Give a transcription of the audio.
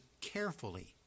carefully